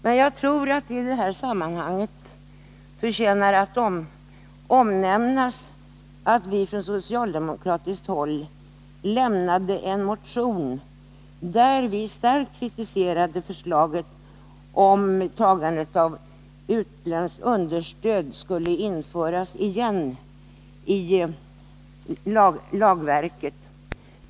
Men jag tror att det i det här sammanhanget förtjänar att omnämnas att vi från socialdemokratiskt håll väckt en motion, i vilken vi starkt kritiserat att förslaget om tagande av utländskt understöd återigen skulle införas i lagverket.